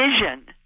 vision